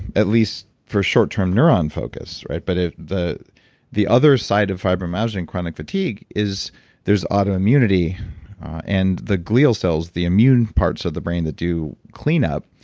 at least for short term neuron focus, right? but the the other side of fibromyalgia and chronic fatigue is there's autoimmunity and the glial cells, the immune parts of the brain that do cleanup,